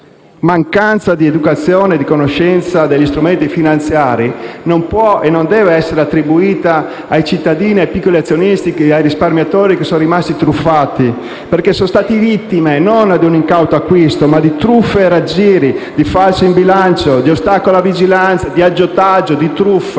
mancanza di educazione e di conoscenza degli strumenti finanziari non può e non deve essere attribuita ai cittadini, ai piccoli azionisti, ai risparmiatori che sono stati truffati, perché sono stati vittime non di un incauto acquisto, ma di truffe e raggiri, di falso in bilancio, di ostacolo alla vigilanza, di aggiotaggio, rispetto